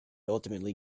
ultimately